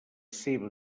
seva